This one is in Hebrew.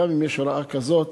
גם אם יש הוראה כזאת,